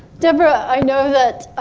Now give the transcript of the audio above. deborah i know that